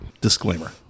Disclaimer